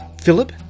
Philip